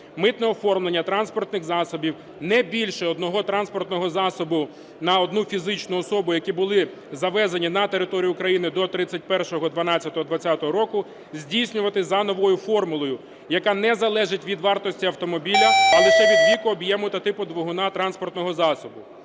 митне оформлення транспортних засобів, не більше одного транспортного засобу на одну фізичну особу, які були завезені на територію України до 31.12.2020 року, здійснювати за новою формулою, яка не залежить від вартості автомобіля, а лише від віку, об'єму та типу двигуна транспортного засобу.